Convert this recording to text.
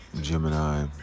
Gemini